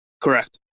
Correct